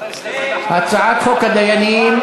הצעת חוק הדיינים,